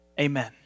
amen